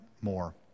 more